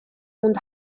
und